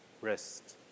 rest